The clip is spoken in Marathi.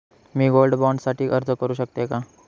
मी गोल्ड बॉण्ड साठी अर्ज करु शकते का?